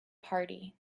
party